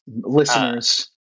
listeners